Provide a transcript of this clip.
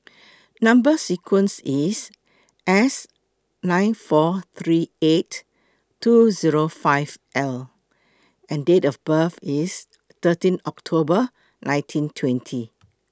Number sequence IS S nine four three eight two Zero five L and Date of birth IS thirteen October nineteen twenty